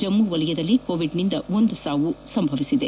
ಜಮ್ನು ವಲಯದಲ್ಲಿ ಕೋವಿಡ್ನಿಂದ ಒಂದು ಸಾವು ಸಂಭವಿಸಿದೆ